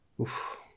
Oof